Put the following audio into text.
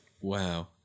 Wow